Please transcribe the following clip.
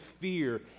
fear